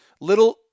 little